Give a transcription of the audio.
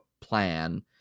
plan